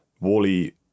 Wally